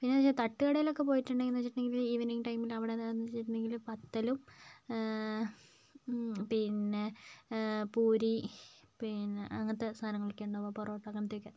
പിന്നെയെന്ന് വെച്ചാൽ തട്ട് കടയിലൊക്കെ പോയിട്ടുണ്ടെന്ന് വെച്ചിട്ടുണ്ടെങ്കിൽ ഈവെനിങ്ങ് ടൈമിൽ അവിടെ എന്താണെന്ന് വെച്ചിട്ടുണ്ടെങ്കിൽ പത്തലും പിന്നെ പൂരി പിന്നെ അങ്ങനത്തെ സാധനങ്ങളൊക്കെയാണ് ഉണ്ടാകുക പൊറോട്ട അങ്ങനത്തെയൊക്കെ